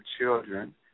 children